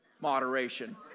moderation